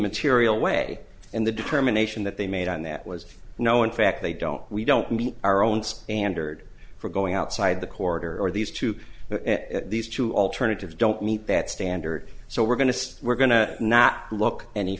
material way and the determination that they made on that was no in fact they don't we don't meet our own standard for going outside the corridor or these two but these two alternatives don't meet that standard so we're going to we're going to not look any